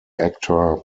actor